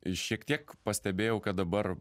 ir šiek tiek pastebėjau kad dabar